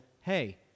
Hey